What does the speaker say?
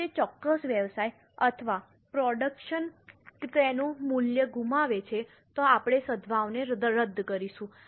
જો તે ચોક્કસ વ્યવસાય અથવા પ્રોડક્શન તેનું મૂલ્ય ગુમાવે છે તો આપણે સદ્ભાવનાને રદ કરીશું